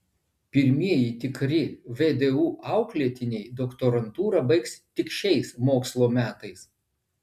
pirmieji tikri vdu auklėtiniai doktorantūrą baigs tik šiais mokslo metais